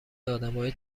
ادمای